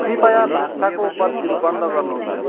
कृपया भान्साको बत्तीहरू बन्द गर्नुहोस्